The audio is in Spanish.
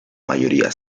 mayoría